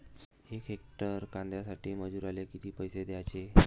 यक हेक्टर कांद्यासाठी मजूराले किती पैसे द्याचे?